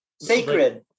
sacred